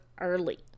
early